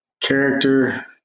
character